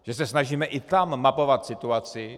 Že se snažíme i tam mapovat situaci.